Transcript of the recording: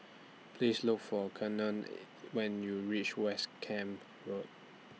Please Look For Keaton when YOU REACH West Camp Road